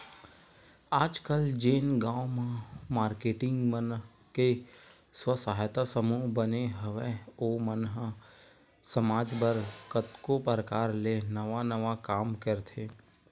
आजकल जेन गांव म मारकेटिंग मन के स्व सहायता समूह बने हवय ओ मन ह समाज बर कतको परकार ले नवा नवा काम करथे